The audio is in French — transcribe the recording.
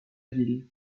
ville